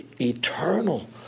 eternal